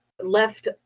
Left